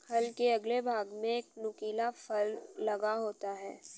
हल के अगले भाग में एक नुकीला फर लगा होता है